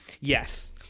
Yes